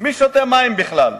מי שותה מים בכלל?